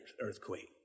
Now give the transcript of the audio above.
earthquake